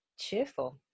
cheerful